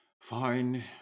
Fine